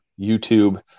YouTube